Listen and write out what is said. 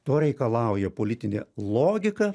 to reikalauja politinė logika